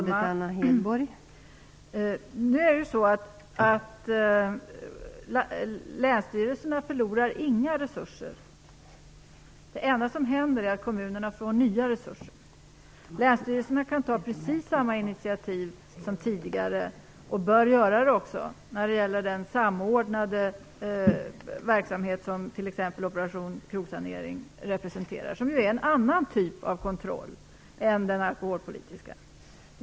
Fru talman! Länsstyrelserna förlorar inga resurser. Det enda som händer är att kommunerna får nya resurser. Länsstyrelserna kan ta precis samma initiativ som tidigare, och bör också göra det, när det gäller en verksamhet som den som t.ex. Operation krogsanering representerar. Det är ju en annan typ av kontroll än den alkoholpolitiska.